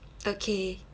okay